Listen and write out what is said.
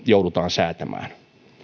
joudutaan säätämään